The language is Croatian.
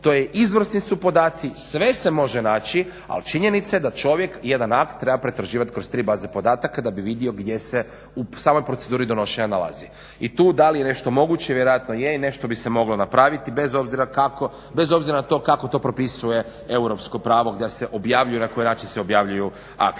to izvrsni su podaci, sve se može naći, ali činjenica je da čovjek jedan akt treba pretraživati kroz tri baze podataka da bi vidio gdje se u samoj proceduri donošenja nalazi. I tu da li je nešto moguće, vjerojatno je i nešto bi se moglo napraviti bez obzira kako, bez obzira na to kako to propisuje europsko pravo gdje se objavljuju, na koji način se objavljuju akti.